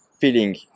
feeling